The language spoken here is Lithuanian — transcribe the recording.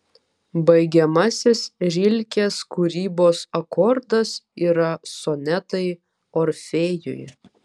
baigiamasis rilkės kūrybos akordas yra sonetai orfėjui